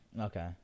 Okay